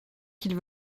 qu’il